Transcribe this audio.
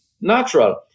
natural